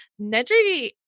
Nedry